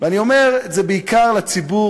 ואני אומר את זה בעיקר לציבור,